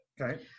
Okay